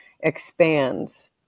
expands